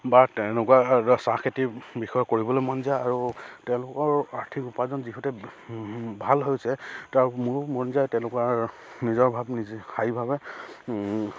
বা তেনেকুৱা চাহ খেতিৰ বিষয়ে কৰিবলৈ মন যায় আৰু তেওঁলোকৰ আৰ্থিক উপাৰ্জন যিহেতু ভাল হৈছে তাৰ মোৰো মন যায় তেওঁলোকৰ নিজৰ ভাৱ নিজে হেৰিভাৱে